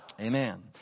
Amen